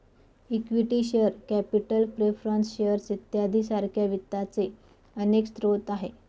equity share capital preference shares इत्यादी सारख्या वित्ताचे अनेक स्रोत आहेत